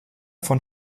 von